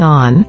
on